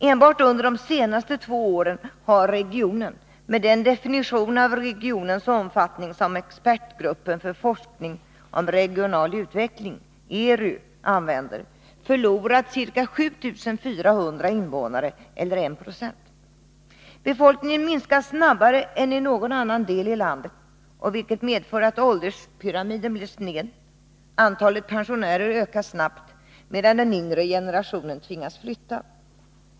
Enbart under de senaste två åren har regionen — med den definition av regionens omfattning som expertgruppen för forskning om regional utveckling använder — förlorat ca 7 400 invånare eller 1 96 av befolkningen. Befolkningen minskar snabbare än i någon annan del av landet, vilket medför att ålderspyramiden blir sned. Antalet pensionärer ökar snabbt, medan den yngre generationen tvingas flytta.